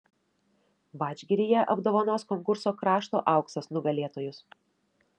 vadžgiryje apdovanos konkurso krašto auksas nugalėtojus